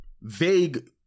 vague